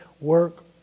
work